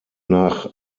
nach